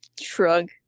Shrug